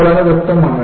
ഇത് വളരെ വ്യക്തമാണ്